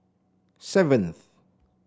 seventh